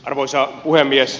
arvoisa puhemies